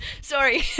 sorry